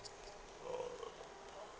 uh